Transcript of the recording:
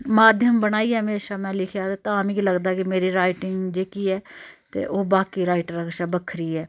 माध्यम बनाइयै म्हेशां में लिखेआ ते तां मिकी लगदा कि मेरी राइटिंग जेह्की ऐ ते ओह् बाकी राइटरें कशा बक्खरी ऐ